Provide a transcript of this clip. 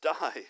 died